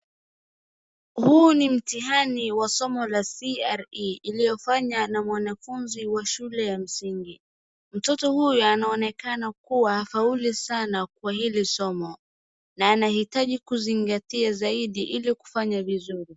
Huu ni mtihani wa somo la CRE iliyofanywa na mwanafunzi wa shule ya msingi. Mtoto huyu anaonekana kuwa afaulu sana kwa hili somo na anahitaji kuzingatia zaidi ili kufanya vizuri.